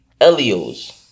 Elio's